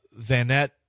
Vanette